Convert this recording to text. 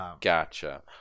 Gotcha